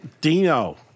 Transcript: Dino